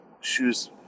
shoes